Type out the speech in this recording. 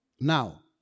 Now